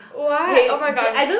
what oh my god I'm